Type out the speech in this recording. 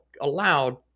allowed